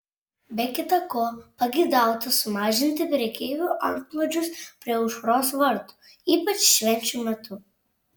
be kita ko pageidauta sumažinti prekeivių antplūdžius prie aušros vartų ypač švenčių metu